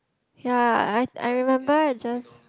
ya I I remember I just